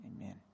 Amen